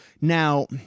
Now